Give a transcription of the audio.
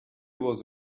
was